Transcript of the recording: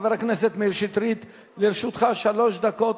חבר הכנסת מאיר שטרית, לרשותך שלוש דקות